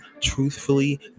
truthfully